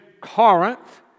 Corinth